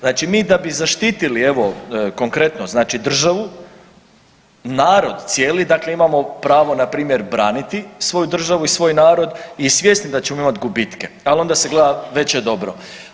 Znači mi da bi zaštitili, evo, konkretno znači državu, narod cijeli, dakle imamo pravo npr. braniti svoju državu i svoj narod i svjesni da ćemo imati gubitke, ali onda se gleda veće dobro.